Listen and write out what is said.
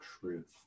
Truth